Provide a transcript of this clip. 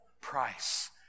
price